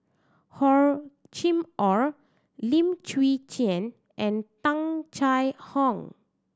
Hor Chim Or Lim Chwee Chian and Tung Chye Hong